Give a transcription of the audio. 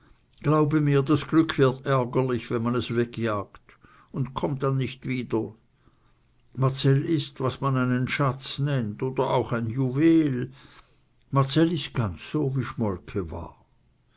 glaube mir das glück wird ärgerlich wenn man es wegjagt und kommt dann nicht wieder marcell ist was man einen schatz nennt oder auch ein juwel marcell ist ganz so wie schmolke war